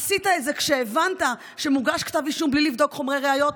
עשית את זה כשהבנת שמוגש כתב אישום בלי לבדוק חומרי ראיות.